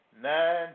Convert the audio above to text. nine